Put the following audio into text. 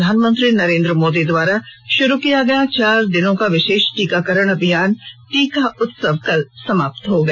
प्रधानमंत्री नरेन्द्र मोदी द्वारा शुरू किया गया चार दिन का विशेष टीकाकरण अभियान टीका उत्सव कल समाप्त हो गया